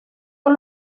con